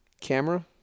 Camera